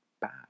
bad